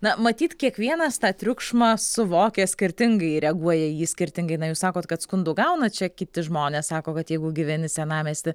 na matyt kiekvienas tą triukšmą suvokia skirtingai reaguoja į jį skirtingai na jūs sakot kad skundų gaunat čia kiti žmonės sako kad jeigu gyveni senamiesty